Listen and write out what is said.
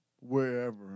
wherever